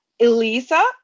Elisa